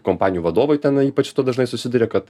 kompanijų vadovai tenai ypač dažnai susiduria kad